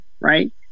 right